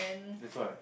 that's why